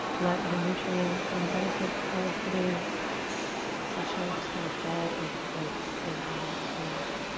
let the nutrients so and the benefits of today's session just kind of fall into place. allow, allow.